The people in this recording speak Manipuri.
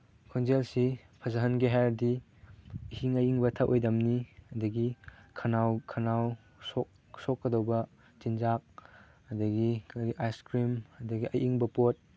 ꯈꯣꯟꯖꯦꯜꯁꯤ ꯐꯖꯍꯟꯒꯦ ꯍꯥꯏꯔꯗꯤ ꯏꯁꯤꯡ ꯑꯌꯤꯡꯕ ꯊꯛꯑꯣꯏꯗꯝꯅꯤ ꯑꯗꯒꯤ ꯈꯧꯅꯥꯎ ꯈꯧꯅꯥꯎ ꯁꯣꯛꯀꯗꯧꯕ ꯆꯤꯟꯖꯥꯛ ꯑꯗꯒꯤ ꯑꯩꯈꯣꯏꯒꯤ ꯑꯥꯏꯁꯀ꯭ꯔꯤꯝ ꯑꯗꯒꯤ ꯑꯌꯤꯡꯕ ꯄꯣꯠ